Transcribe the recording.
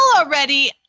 already